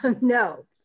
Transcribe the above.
No